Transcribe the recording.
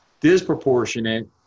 disproportionate